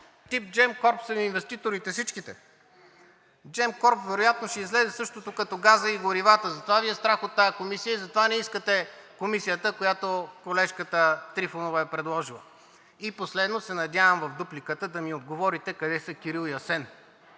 тип Gemcorp са Ви инвеститорите всичките. Gemcorp вероятно ще излезе същото като с газа и горивата, затова Ви е страх от тази комисия и затова не искате комисията, която колежката Трифонова е предложила. И последно се надявам в дупликата да ми отговорите къде са Кирил и Асен?